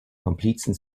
komplizen